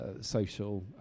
social